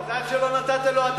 מזל שלא נתת לו אתה את השם שלו.